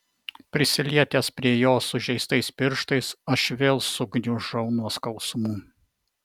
prisilietęs prie jos sužeistais pirštais aš vėl sugniužau nuo skausmų